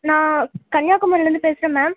நான் கன்னியாகுமரியிலேருந்து பேசுகிறேன் மேம்